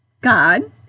God